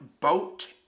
boat